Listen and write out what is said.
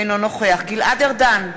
אינו נוכח גלעד ארדן,